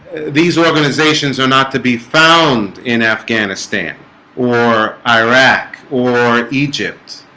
these organizations are not to be found in afghanistan or iraq or egypt